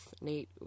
Nate